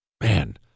man